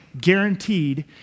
guaranteed